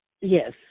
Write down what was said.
Yes